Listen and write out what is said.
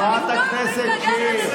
מפלגה חדשה,